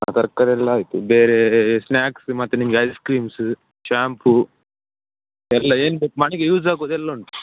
ಹಾಂ ತರಕಾರಿಯೆಲ್ಲ ಆಯಿತು ಬೇರೆ ಸ್ನ್ಯಾಕ್ಸ್ ಮತ್ತು ನಿಮಗೆ ಐಸ್ ಕ್ರೀಮ್ಸ್ ಶ್ಯಾಂಪೂ ಎಲ್ಲ ಏನ್ಬೇಕು ಮನೆಗೆ ಯೂಸ್ ಆಗೋದೆಲ್ಲ ಉಂಟು